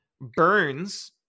burns